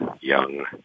young